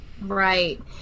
Right